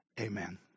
Amen